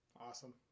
Awesome